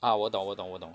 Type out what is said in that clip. ah 我懂我懂我懂